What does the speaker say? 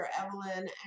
Evelyn